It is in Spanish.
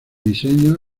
diseño